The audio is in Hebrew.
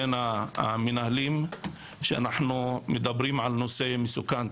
בין המנהלים שאנחנו מדברים על נושא מסוכן,